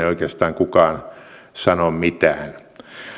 oikeastaan kukaan sano mitään